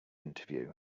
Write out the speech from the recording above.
interview